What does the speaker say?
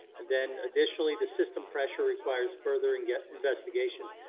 and then additionally, the system pressure requires further and get investigation.